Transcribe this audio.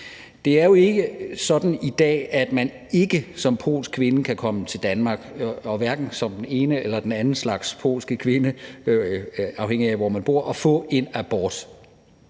Det er jo ikke sådan i dag, at man ikke som en polsk kvinde kan komme til Danmark – hverken som den ene eller den anden slags polske kvinde, afhængigt af hvor man bor – og få en abort.